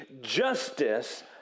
justice